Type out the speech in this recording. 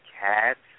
cats